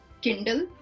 Kindle